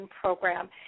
program